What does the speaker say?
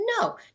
No